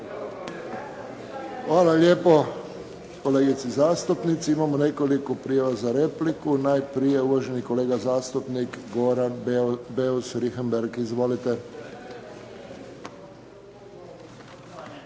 Hvala lijepo kolegici zastupnici. Imamo nekoliko prijava za repliku. Najprije uvaženi kolega zastupnik Goran Beus Richembergh. Izvolite.